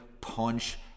punch